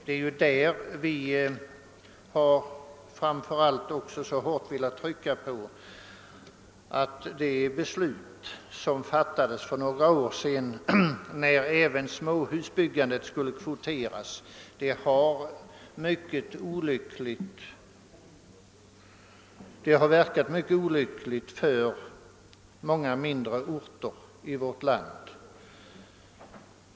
Det är därför vi så hårt har velat trycka på att det beslut, som fattades för några år sedan om att även småhusbyggandet skulle kvoteras, har verkat mycket olyckligt för många mindre orter i vårt land.